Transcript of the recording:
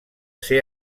ser